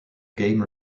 game